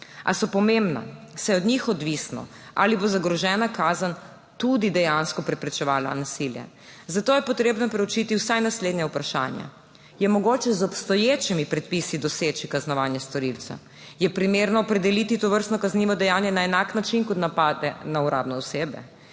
a so pomembna, saj je od njih odvisno, ali bo zagrožena kazen tudi dejansko preprečevala nasilje, zato je potrebno preučiti vsaj naslednje vprašanje. Je mogoče z obstoječimi predpisi doseči kaznovanje storilca? Je primerno opredeliti tovrstno kaznivo dejanje na enak način kot napade na uradne osebe?